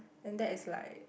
then that is like